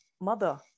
mother